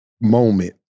moment